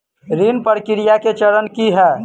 ऋण प्रक्रिया केँ चरण की है?